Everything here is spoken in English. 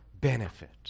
benefit